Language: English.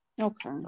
Okay